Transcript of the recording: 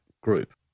group